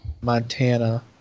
Montana